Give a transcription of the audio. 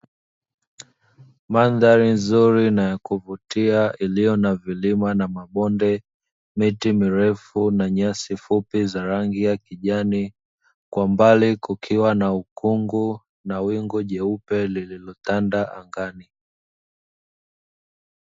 Madhari nzuri na ya kuvutia iliyo na vilima na mabonde, miti mirefu na nyasi fupi za rangi ya kijani, kwa mbali kukiwa na ukungu na wingu jeupe lililotanda angani.